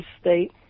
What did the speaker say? state